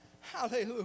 Hallelujah